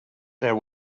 there